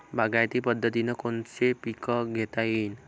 बागायती पद्धतीनं कोनचे पीक घेता येईन?